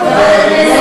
ביטן.